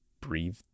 breathe